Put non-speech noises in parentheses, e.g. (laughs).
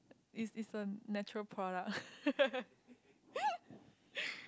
is is a natural product (laughs)